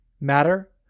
matter